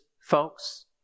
folks